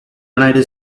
united